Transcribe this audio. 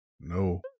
No